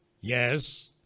Yes